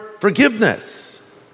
forgiveness